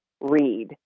read